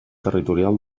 territorial